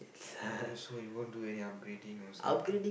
uh uh so you won't do any upgrading or some